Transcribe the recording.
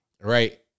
right